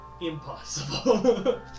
impossible